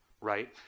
right